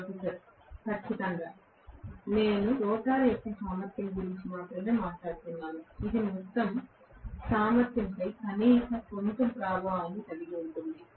professor ఖచ్చితంగా నేను rotor యొక్క సామర్థ్యం గురించి మాత్రమే మాట్లాడుతున్నాను ఇది మొత్తం సామర్థ్యంపై కనీసం కొంత ప్రతిఫలాన్ని కలిగి ఉంటుంది